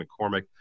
McCormick